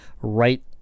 right